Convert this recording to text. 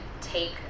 take